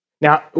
Now